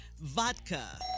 Vodka